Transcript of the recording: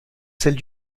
celle